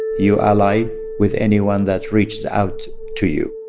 you ally with anyone that reaches out to you.